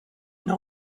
know